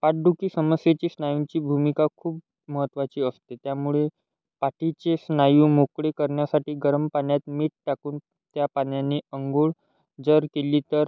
पाठदुखी समस्येची स्नायूंची भूमिका खूप महत्त्वाची असते त्यामुळे पाठीचे स्नायू मोकळे करण्यासाठी गरम पाण्यात मीठ टाकून त्या पाण्याने आंघोळ जर केली तर